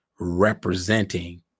representing